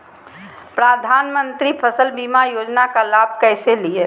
प्रधानमंत्री फसल बीमा योजना का लाभ कैसे लिये?